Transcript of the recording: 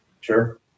Sure